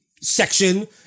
section